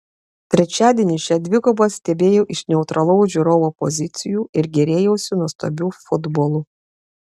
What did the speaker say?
trečiadienį šią dvikovą stebėjau iš neutralaus žiūrovo pozicijų ir gėrėjausi nuostabiu futbolu